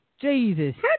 Jesus